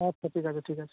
আচ্ছা ঠিক আছে ঠিক আছে